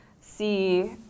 see